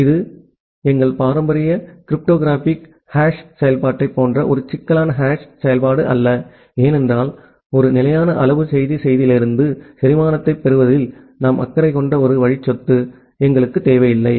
இது எங்கள் பாரம்பரிய கிரிப்டோகிராஃபிக் ஹாஷ் செயல்பாட்டைப் போன்ற ஒரு சிக்கலான ஹாஷ் செயல்பாடு அல்ல ஏனென்றால் ஒரு நிலையான அளவு செய்தி செய்தியிலிருந்து செரிமானத்தைப் பெறுவதில் நாம் அக்கறை கொண்ட ஒரு வழி சொத்து எங்களுக்குத் தேவையில்லை